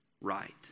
right